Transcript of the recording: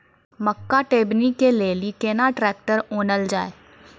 मक्का टेबनी के लेली केना ट्रैक्टर ओनल जाय?